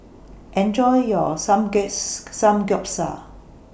Enjoy your Some guess's Samgeyopsal